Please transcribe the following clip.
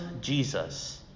Jesus